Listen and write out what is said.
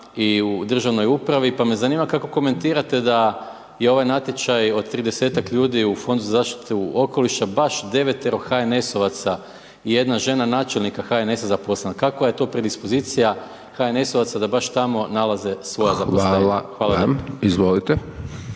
Hvala vam, izvolite.